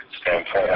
standpoint